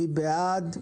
מי בעד?